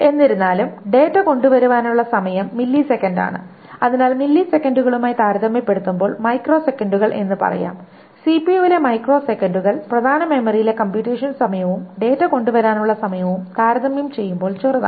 എന്നിരുന്നാലും ഡാറ്റ കൊണ്ടുവരാനുള്ള സമയം മില്ലിസെക്കൻഡാണ് അതിനാൽ മില്ലിസെക്കൻഡുകളുമായി താരതമ്യപ്പെടുത്തുമ്പോൾ മൈക്രോസെക്കൻഡുകൾ എന്ന് പറയാം സിപിയുവിലെ മൈക്രോസെക്കൻഡുകൾ പ്രധാന മെമ്മറിയിലെ കംപ്യൂറ്റേഷൻ സമയവും ഡാറ്റ കൊണ്ടുവരാനുള്ള സമയവും താരതമ്യം ചെയ്യുമ്പോൾ ചെറുതാണ്